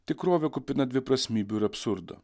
tikrovė kupina dviprasmybių ir absurdo